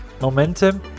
momentum